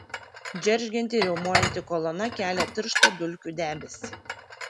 džeržgianti ir riaumojanti kolona kelia tirštą dulkių debesį